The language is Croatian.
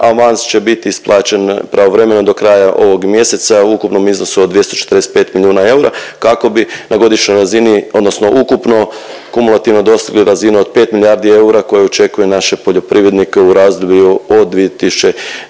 avans će biti isplaćen pravovremeno do kraja ovog mjeseca u ukupnom iznosu od 245 milijuna eura kako bi na godišnjoj razini odnosno ukupno kumulativno dosegli razinu od 5 milijardi eura koje očekuje naše poljoprivrednike u razdoblju od 2023.